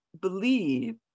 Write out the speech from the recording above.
believe